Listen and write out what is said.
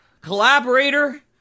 Collaborator